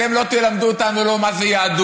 אתם לא תלמדו אותנו לא מה זה יהדות,